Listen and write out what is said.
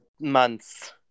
months